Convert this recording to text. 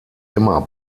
immer